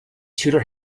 tudor